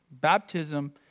baptism